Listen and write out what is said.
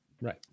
Right